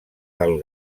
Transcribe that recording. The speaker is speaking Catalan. del